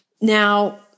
Now